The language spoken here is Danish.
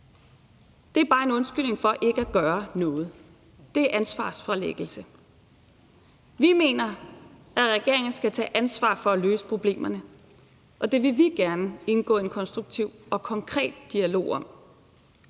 er bare en undskyldning for ikke at gøre noget. Det er ansvarsfralæggelse. Vi mener, at regeringen skal tage ansvar for at løse problemerne, og det vil vi gerne indgå i en konstruktiv og konkret dialog om.